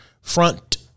front